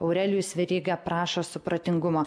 aurelijus veryga prašo supratingumo